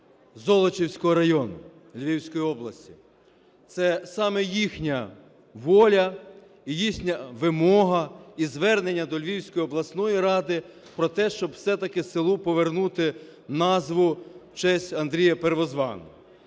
Золочівського району, Львівської області, це саме їхня воля і їхня вимога, і звернення до Львівської обласної ради про те, щоб все-таки селу повернути назву в честь Андрія Первозваного.